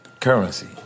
currency